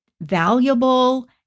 valuable